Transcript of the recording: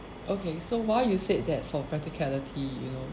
okay so while you said that for practicality you know